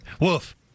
Wolf